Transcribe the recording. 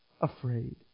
afraid